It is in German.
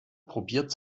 probiert